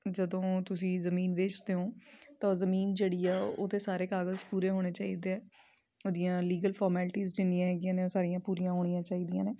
ਜਦੋਂ ਤੁਸੀਂ ਜਮੀਨ ਵੇਚਦੇ ਹੋ ਤਾਂ ਉਹ ਜਮੀਨ ਜਿਹੜੀ ਆ ਉਹਦੇ ਸਾਰੇ ਕਾਗਜ਼ ਪੂਰੇ ਹੋਣੇ ਚਾਹੀਦੇ ਆ ਉਹਦੀਆਂ ਲੀਗਲ ਫੋਰਮੈਲਿਟੀਜ਼ ਜਿੰਨੀਆਂ ਹੈਗੀਆਂ ਨੇ ਉਹ ਸਾਰੀਆਂ ਪੂਰੀਆਂ ਹੋਣੀਆਂ ਚਾਹੀਦੀਆਂ ਨੇ